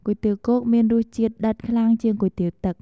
គុយទាវគោកមានរសជាតិ ដិតខ្លាំងជាងគុយទាវទឹក។